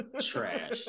trash